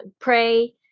pray